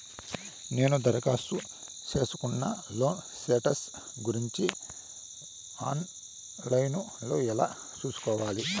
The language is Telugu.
నేను దరఖాస్తు సేసుకున్న లోను స్టేటస్ గురించి ఆన్ లైను లో ఎలా సూసుకోవాలి?